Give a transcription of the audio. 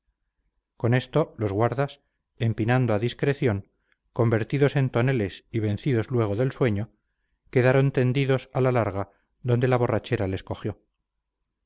con esto los guardas empinando a discreción convertidos en toneles y vencidos luego del sueño quedaron tendidas a la larga donde la borrachera les cogió